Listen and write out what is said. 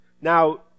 Now